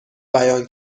بیان